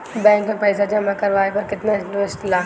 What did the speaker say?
Bank में पईसा जमा करवाये पर केतना इन्टरेस्ट मिली?